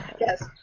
Yes